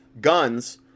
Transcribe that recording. guns